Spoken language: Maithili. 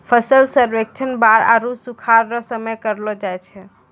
फसल सर्वेक्षण बाढ़ आरु सुखाढ़ रो समय करलो जाय छै